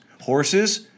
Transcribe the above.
Horses